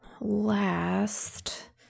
last